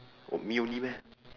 oh me only meh